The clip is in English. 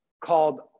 called